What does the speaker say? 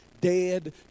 dead